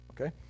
okay